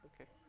Okay